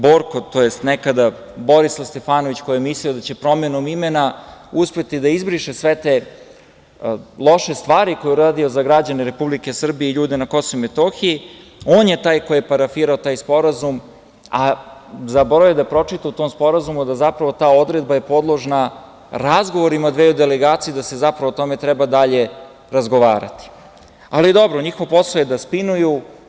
Borko, to jest nekada Borislav Stefanović, koji je mislio da će promenom imena uspeti da izbriše sve te loše stvari koje je uradio za građane Republike Srbije i ljude na Kosovu i Metohiji, on je taj koji je parafirao taj sporazum, a zaboravio je da pročita u tom sporazumu da zapravo ta odredba je podložna razgovorima dveju delegacija, da se zapravo o tome treba dalje razgovarati, ali dobro, njihov posao je da spinuju.